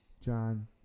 John